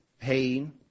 pain